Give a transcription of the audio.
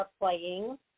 playing